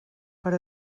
per